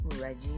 Reggie